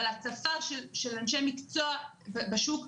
אבל הצפה של אנשי מקצוע בשוק,